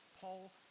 Paul